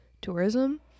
tourism